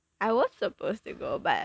I was supposed to go but